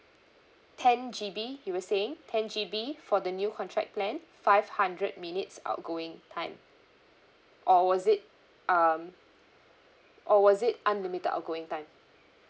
ten G_B you were saying ten G_B for the new contract plan five hundred minutes outgoing time or was it um or was it unlimited outgoing time